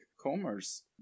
commerce